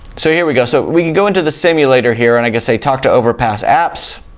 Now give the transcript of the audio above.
so here we go so we can go into the simulator here and i guess they talk to overpass apps